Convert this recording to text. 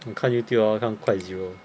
你看 YouTube lor 看 Quite Zero